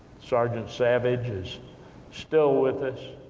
sergeant savage, is still with us.